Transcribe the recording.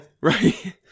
Right